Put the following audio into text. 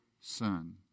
son